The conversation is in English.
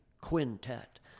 quintet